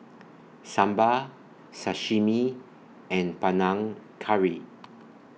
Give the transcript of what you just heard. Sambar Sashimi and Panang Curry